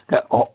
કે હો